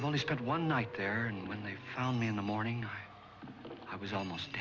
only spent one night there and when they found me in the morning i was almost